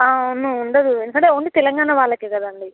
అవును ఉండదు ఎందుకంటే ఓన్లీ తెలంగాణ వాళ్ళకు కదండి